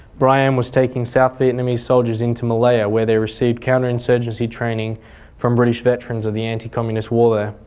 briam was taking south vietnamese soldiers into malaya where they received counter-insurgency training from british veterans of the anti-communist war there.